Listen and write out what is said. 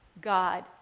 God